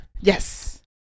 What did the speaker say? Yes